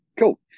Cool